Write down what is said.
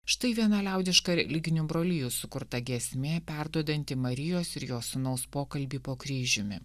štai vieną liaudiška religinių brolijų sukurta giesmė perduodanti marijos ir jo sūnaus pokalbį po kryžiumi